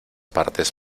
partes